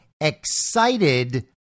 excited